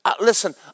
listen